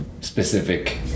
specific